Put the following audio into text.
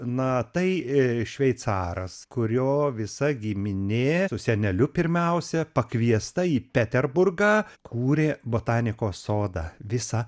na tai šveicaras kurio visa giminė su seneliu pirmiausia pakviesta į peterburgą kūrė botanikos sodą visą